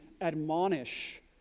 admonish